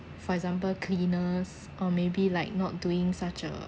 for example cleaners or maybe like not doing such a